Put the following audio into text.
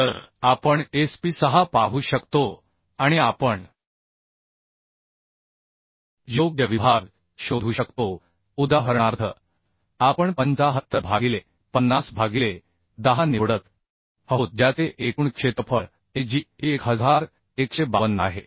तर आपण Sp 6 पाहू शकतो आणि आपण योग्य विभाग शोधू शकतो उदाहरणार्थ आपण 75 भागिले 50 भागिले 10 निवडत आहोत ज्याचे एकूण क्षेत्रफळ Ag 1152 आहे